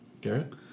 Garrett